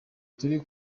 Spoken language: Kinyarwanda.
turi